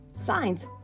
signs